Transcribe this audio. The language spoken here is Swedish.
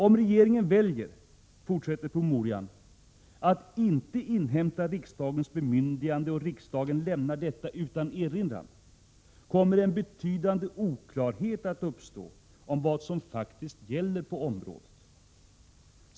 Om regeringen väljer att inte inhämta riksdagens bemyndigande och riksdagen lämnar detta utan erinran kommer en betydande oklarhet att uppstå om vad som faktiskt gäller på området.